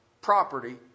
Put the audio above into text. property